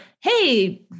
hey